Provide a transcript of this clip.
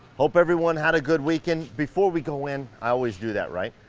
hope everyone had a good weekend, before we go in, i always do that right.